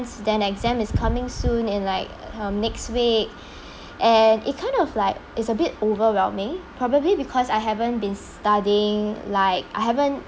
then the exam is coming soon in like hmm next week and it kind of like it's a bit overwhelming probably because I haven't been studying like I haven't